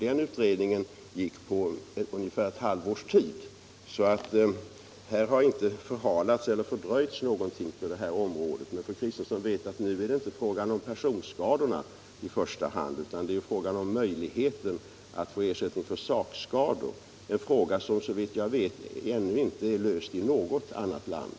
Den utredningen genomfördes på ungefär ett halvt år. På det här området är det alltså ingenting som har förhalats eller fördröjts. Men fru Kristensson vet att nu rör det sig inte om personskadorna i första hand, utan det gäller möjligheten att få ersättning för sakskador — en fråga som såvitt jag känner till ännu inte är löst i något annat land.